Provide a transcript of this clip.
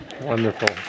Wonderful